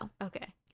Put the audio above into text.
Okay